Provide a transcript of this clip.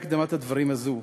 אחרי הקדמת הדברים הזאת,